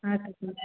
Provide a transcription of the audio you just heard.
हा त पोइ